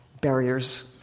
barriers